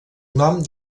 nom